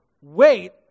wait